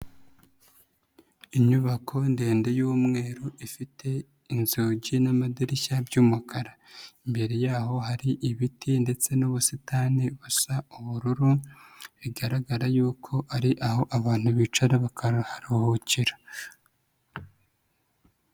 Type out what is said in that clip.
Inyubako ndende y'umweru ifite inzugi n'amadirishya by'umukara, imbere yaho hari ibiti ndetse n'ubusitani basa ubururu bigaragara y'uko ari aho abantu bicara bakanaharuhukira.